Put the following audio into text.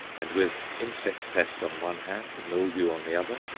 and with insect pest on one hand, mildew on the other,